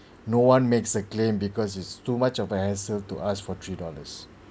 no one makes a claim because it's too much of a hassle to ask for three dollars